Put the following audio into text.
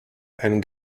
and